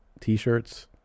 t-shirts